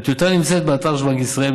הטיוטה נמצאת באתר של בנק ישראל.